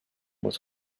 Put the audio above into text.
was